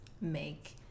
make